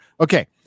Okay